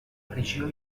regió